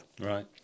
Right